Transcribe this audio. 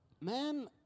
man